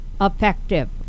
effective